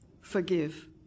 forgive